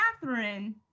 Catherine